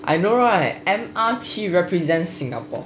I know right M_R_T represents singapore